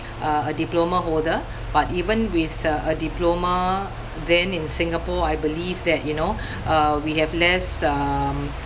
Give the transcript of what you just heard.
uh a diploma holder but even with uh a diploma then in Singapore I believe that you know uh we have less um